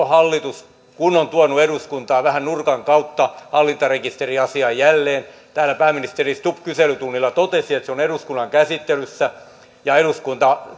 hallitus on tuonut eduskuntaan vähän nurkan kautta hallintarekisteriasian jälleen täällä pääministeri stubb kyselytunnilla totesi että se on eduskunnan käsittelyssä ja eduskunta